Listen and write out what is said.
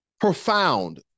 profound